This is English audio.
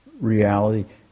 reality